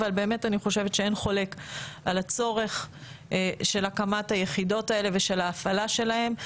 אבל אני חושבת שאין חולק על הצורך בהקמת היחידות האלה והפעלה שלהן,